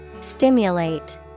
Stimulate